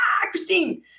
Christine